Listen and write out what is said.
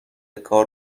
کار